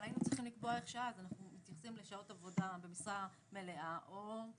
אבל היינו צריכים לקבוע --- מתייחסים לשעות עבודה במשרה מלאה או,